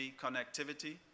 connectivity